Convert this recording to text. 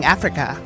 Africa